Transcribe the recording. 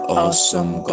awesome